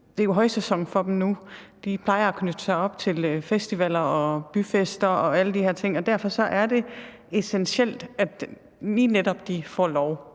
Det er jo højsæson for dem nu; de plejer at knytte an til festivaler, byfester og alle de her ting. Derfor er det essentielt, at de lige netop nu får lov,